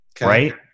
right